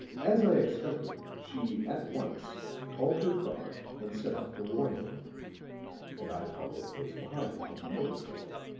as i expected, she at once called her car and set off to warn him and i followed close behind upon the motor cycle.